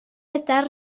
estar